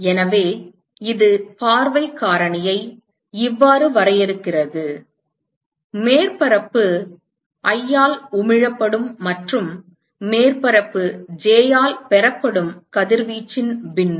எனவே இது பார்வைக் காரணியை இவ்வாறு வரையறுக்கிறது மேற்பரப்பு i ஆல் உமிழப்படும் மற்றும் மேற்பரப்பு j ஆல் பெறப்படும் கதிர்வீச்சின் பின்னம்